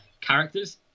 characters